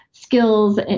skills